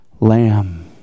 lamb